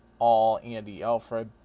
AllAndyAlfred